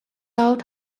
out